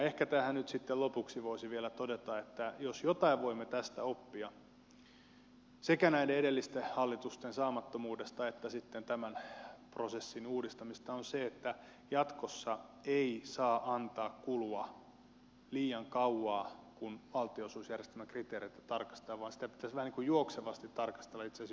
ehkä tähän nyt sitten lopuksi voisi vielä todeta että jos jotain voimme tästä oppia sekä näiden edellisten hallitusten saamattomuudesta että sitten tämän prosessin uudistamisesta on se että jatkossa ei saa antaa kulua liian kauaa kun valtionosuusjärjestelmän kriteereitä tarkastellaan vaan niitä pitäisi vähän niin kuin juoksevasti tarkastella itse asiassa joka hallituskaudella